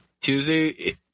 Tuesday